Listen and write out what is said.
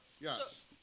yes